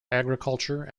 agriculture